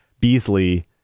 Beasley